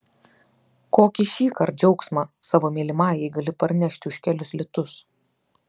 kokį šįkart džiaugsmą savo mylimajai gali parnešti už kelis litus